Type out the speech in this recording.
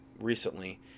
recently